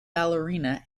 ballerina